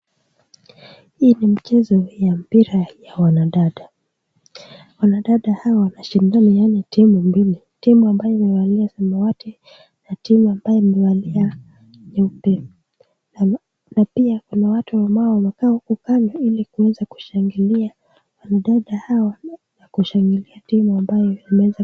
Hii ni mchezo ya mpira ya wanadada. Wanadada hawa wanashindana, yaani timu mbili. Timu ambayo imevalia samawati na timu ambayo imevalia nyeupe na pia kuna watu ambao wamekaa huku kando ili kuweza kushangilia wanadada hawa na kushangilia timu ambayo imeweza.